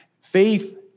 Faith